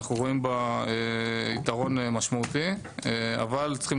אנחנו רואים בה יתרון משמעותי אבל צריכים